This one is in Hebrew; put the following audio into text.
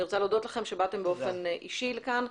אני רוצה להודות לכם שבאתם באופן אישי לכאן,